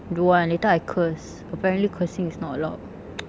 don't want later I curse apparently cursing is not allowed